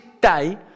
day